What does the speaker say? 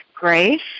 grace